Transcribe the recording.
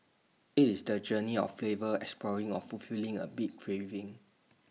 IT is the journey of flavor exploring or fulfilling A big craving